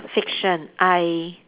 fiction I